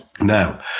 Now